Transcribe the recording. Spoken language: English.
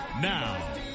Now